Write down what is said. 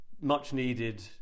much-needed